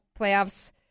playoffs